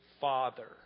father